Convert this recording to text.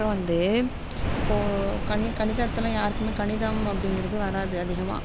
அப்புறம் வந்து இப்போது கணிதத்தில் யாருக்கும் கணிதம் அப்டிங்கிறது வராது அதிகமாக